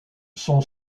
son